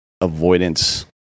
avoidance